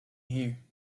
here